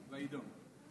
ויידום.